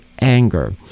anger